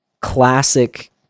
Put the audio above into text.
classic